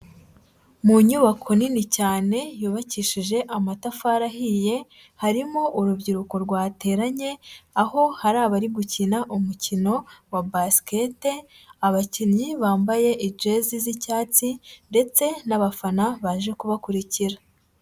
Mu nyubako nini cyane yubakishije amatafari ahiye, harimo urubyiruko rwateranye, aho hari abari gukina umukino wa basket, abakinnyi bambaye ijezi z'icyatsi ndetse n'abafana baje kubakurikira.